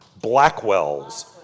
Blackwell's